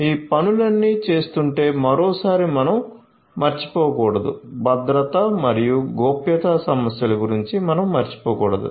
ఈ పనులన్నీ చేస్తుంటే మరోసారి మనం మర్చిపోకూడదు భద్రత మరియు గోప్యతా సమస్యల గురించి మనం మర్చిపోకూడదు